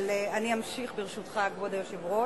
אבל אני אמשיך, ברשותך, כבוד היושב-ראש.